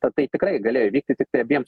kad tai tikrai galėjo įvykti tiktai abiem